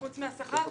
חוץ מהשכר?